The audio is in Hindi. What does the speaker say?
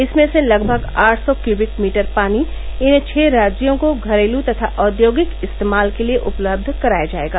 इसमें से लगभग आठ सौ क्यूबिक मीटर पानी इन छह राज्यों को घरेलू तथा औद्योगिक इस्तेमाल के लिए उपलब्ध कराया जायेगा